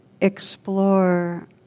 explore